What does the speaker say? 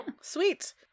sweet